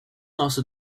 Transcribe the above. also